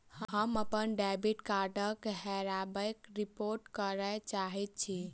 हम अप्पन डेबिट कार्डक हेराबयक रिपोर्ट करय चाहइत छि